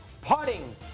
putting